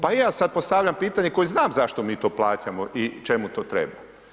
Pa i ja sada postavljam pitanje koji znam zašto mi to plaćamo i čemu to treba.